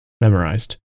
memorized